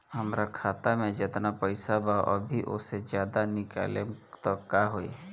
हमरा खाता मे जेतना पईसा बा अभीओसे ज्यादा निकालेम त का होई?